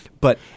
But-